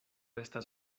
estas